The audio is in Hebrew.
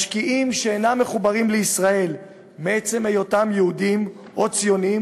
משקיעים שאינם מחוברים לישראל מעצם היותם יהודים או ציונים,